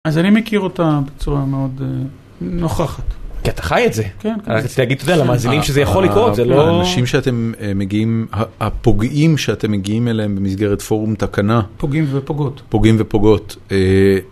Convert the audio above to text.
אז אני מכיר אותה בצורה מאוד נוכחת. כי אתה חי את זה. כן, כנראה. אז רציתי להגיד למאזינים שזה יכול לקרות, זה לא... האנשים שאתם מגיעים, הפוגעים שאתם מגיעים אליהם במסגרת פורום תקנה... פוגעים ופוגעות. פוגעים ופוגעות.